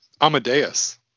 Amadeus